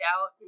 out